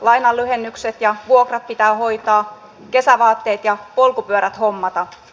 lainanlyhennykset ja vuokrat pitää hoitaa kesävaatteet ja polkupyörät hommata